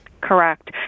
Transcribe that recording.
Correct